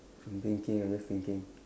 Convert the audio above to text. I'm thinking I'm just thinking